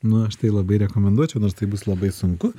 nu aš tai labai rekomenduočiau nors tai bus labai sunku